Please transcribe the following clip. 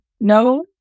No